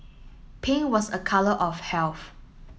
pink was a colour of health